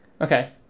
Okay